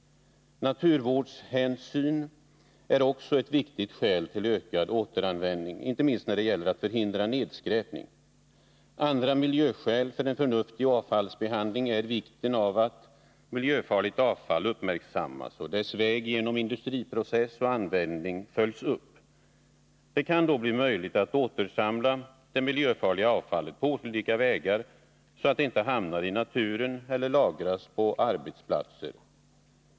Naturvårdshänsyn är också ett viktigt skäl till ökad återanvändning, inte minst när det gäller att förhindra nedskräpning. Andra miljöskäl för en förnuftig avfallsbehandling är vikten av att miljöfarligt avfall uppmärksammas och dess väg genom industriprocess och användning följs upp. Det kan då bli möjligt att på olika vägar återsamla det miljöfarliga avfallet, så att det inte hamnar i naturen eller lagras på arbetsplatser.